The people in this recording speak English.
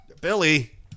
billy